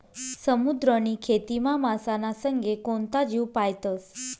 समुद्रनी खेतीमा मासाना संगे कोणता जीव पायतस?